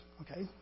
Okay